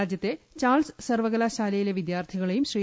രാജ്യത്തെ ചാൾസ് സർവകലാശാലയിലെ വിദ്യാർത്ഥികളെയും ശ്രീ